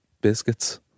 biscuits